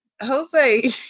Jose